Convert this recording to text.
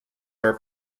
are